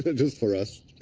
but just for us.